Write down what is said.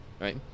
right